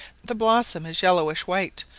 the blossom is yellowish white,